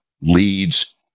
leads